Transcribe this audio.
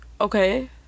okay